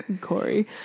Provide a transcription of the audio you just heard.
Corey